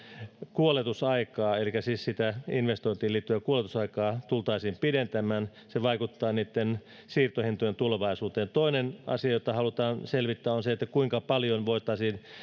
kuoletusaikaa elikkä siis sitä investointiin liittyvää kuoletusaikaa tultaisiin pidentämään se vaikuttaa niitten siirtohintojen tulevaisuuteen toinen asia jota halutaan selvittää on se kuinka paljon voitaisiin